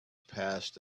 passed